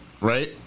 right